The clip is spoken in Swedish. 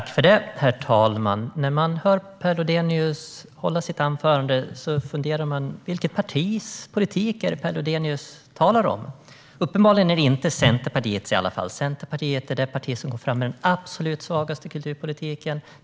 Herr talman! När jag hör Per Lodenius hålla sitt anförande funderar jag på vilket partis politik det är Per Lodenius talar om. Uppenbarligen är det inte Centerpartiets i alla fall, för Centerpartiet är det parti som går fram med den absolut svagaste kulturpolitiken.